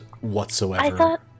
whatsoever